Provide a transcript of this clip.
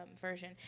version